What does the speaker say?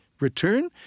return